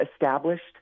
established